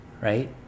right